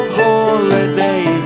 holiday